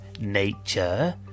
nature